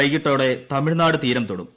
വൈകിട്ടോടെ തമിഴ്നാട് തീരം തൊടും